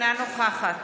אינה נוכחת